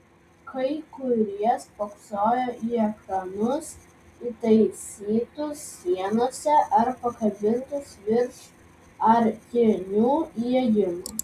kai kurie spoksojo į ekranus įtaisytus sienose ar pakabintus virš arkinių įėjimų